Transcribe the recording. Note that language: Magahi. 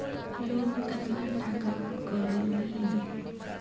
लोन कतला टाका करोही?